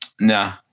Nah